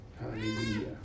Hallelujah